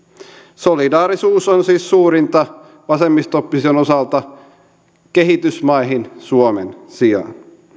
solidaarisuus on siis suurinta vasemmisto opposition osalta kehitysmaihin suomen sijaan